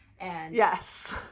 Yes